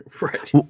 right